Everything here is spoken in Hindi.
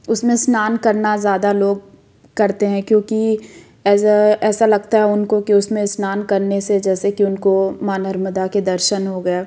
उसमें स्नान करना ज़्यादा लोग करते हैं क्योंकि ऐसा लगता है उनको कि उसमें स्नान करने से जैसे कि उनको माँ नर्मदा के दर्शन हो गया